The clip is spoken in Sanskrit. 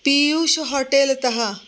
पियूष् होटेल् तः